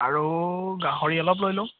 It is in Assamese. আৰু গাহৰি অলপ লৈ লওঁ